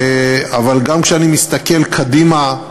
אבל גם כשאני מסתכל קדימה,